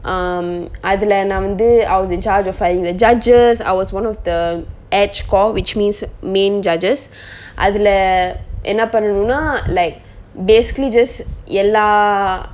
um அதுல நா வந்து:athula na vanthu I was in charge of finding the judges I was one of the edge call which means main judges அதுல என்ன பண்ணனுனா:athula enna pannanuna like basically just எல்லா:ella